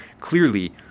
Clearly